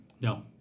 No